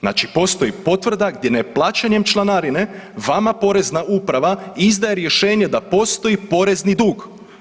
Znači postoji potvrda gdje neplaćanjem članarine vama Porezna uprava izdaje rješenje da postoji porezni dug.